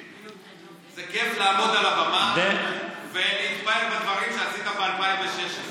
זה כיף לעמוד על הבמה ולהתפאר בדברים שעשית ב-2016,